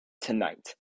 tonight